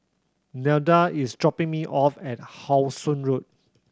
Nelda is dropping me off at How Sun Road